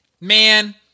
man